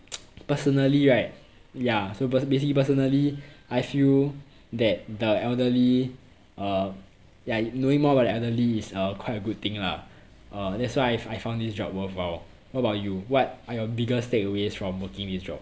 personally right ya so pe~ personally I feel that the elderly uh ya knowing more about the elderly is uh quite a good thing lah that's why I found this job worthwhile what about you what are your biggest takeaways from working this job